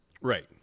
Right